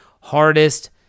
hardest